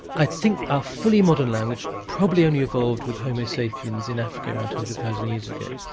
i think our fully modern language probably only evolved with homo sapiens in africa around two hundred thousand years ago,